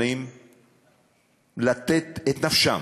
זאת האווירה שאופפת אותנו,